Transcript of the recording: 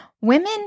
women